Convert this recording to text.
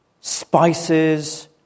Spices